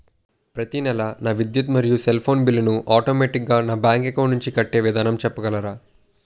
ప్రతి నెల నా విద్యుత్ మరియు సెల్ ఫోన్ బిల్లు ను ఆటోమేటిక్ గా నా బ్యాంక్ అకౌంట్ నుంచి కట్టే విధానం చెప్పగలరా?